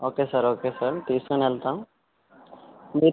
okay sir okay sir తీసుకుని వెళ్తాము మీ